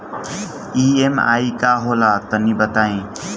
EMI का होला तनि बताई?